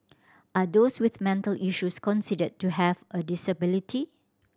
are those with mental issues considered to have a disability